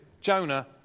Jonah